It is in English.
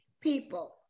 people